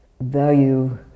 value